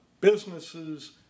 businesses